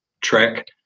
track